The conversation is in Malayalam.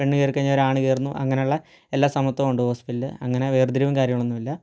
പെണ്ണ് കയറി കഴിഞ്ഞാൽ ഒരാണ് കയറുന്നു അങ്ങനെ ഉള്ള എല്ലാ സമത്വം ഉണ്ട് ഹോസ്പിറ്റലിൽ അങ്ങനെ വേർത്തിരിവും കാര്യങ്ങളൊന്നും ഇല്ല